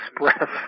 express